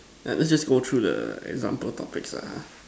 uh let's just go through the example topics lah ha